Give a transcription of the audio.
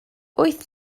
wyth